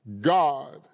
God